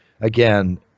again